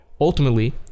ultimately